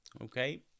okay